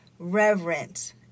reverence